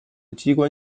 机关